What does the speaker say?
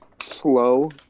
Slow